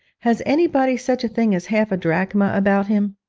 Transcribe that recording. has anybody such a thing as half a drachma about him